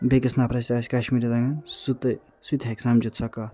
بیٚیِس نفرس تہِ آسہِ کشمیری تگان سُہ تہٕ سُہ تہِ ہیٚکہِ سمجھِتھ سۄ کَتھ